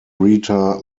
rita